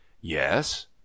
yes